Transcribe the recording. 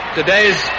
today's